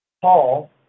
Paul